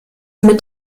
mit